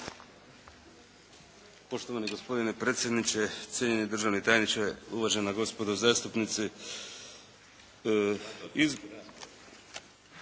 Poštovani gospodine predsjedniče, cijenjeni državni tajniče, uvažena gospodo zastupnici. Izbor